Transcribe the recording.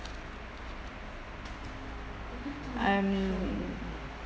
I'm